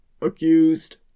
Accused